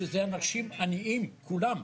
שזה אנשים עניים כולם.